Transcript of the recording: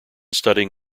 studying